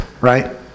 right